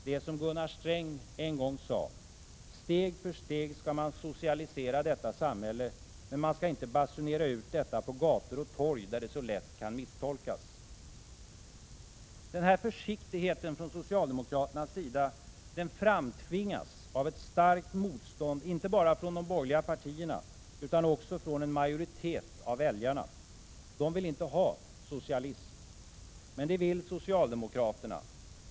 Det är som Gunnar Sträng en gång sade: ”Steg för steg skall man socialisera detta samhälle. Men man skall inte basunera ut detta på gator och torg där det så lätt kan misstolkas.” Den här försiktigheten hos socialdemokraterna framtvingas av ett starkt motstånd inte bara från de borgerliga partierna utan också från en majoritet av väljarna. De vill inte ha socialism. Men det vill socialdemokraterna.